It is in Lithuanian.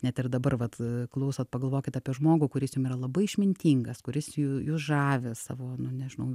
net ir dabar vat klausot pagalvokit apie žmogų kuris jum yra labai išmintingas kuris ju jus žavi savo nu nežinau